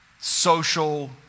social